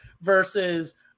versus